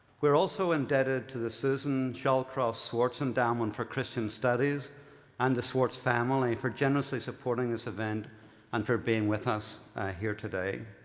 we're also indebted to the susan shallcross swartz endowment for christian studies and the swartz family for generously supporting this event and for being with us here today.